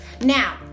Now